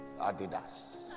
Adidas